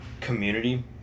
community